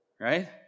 Right